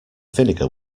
vinegar